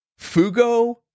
Fugo